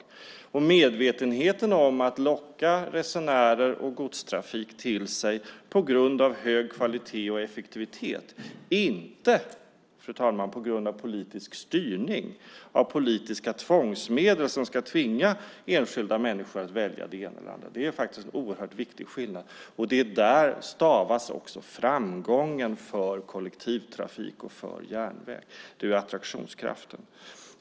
Det handlar om medvetenhet om vikten av att locka till sig resenärer och godstrafik på grund av hög kvalitet och effektivitet, inte på grund av politiskt styrning, politiska tvångsmedel som ska tvinga enskilda människor att välja det ena eller det andra. Det är faktiskt en oerhört viktig skillnad, och där ligger också framgången för kollektivtrafik och för järnväg. Det handlar om attraktionskraften.